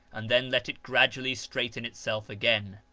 and then let it gradually straighten itself again.